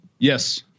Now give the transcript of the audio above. Yes